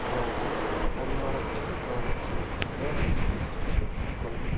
یعنی ٹنٛگمَرگ چھِنہٕ constituency constituency چھِ گُلمَرگ